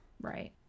Right